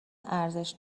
ارزش